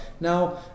Now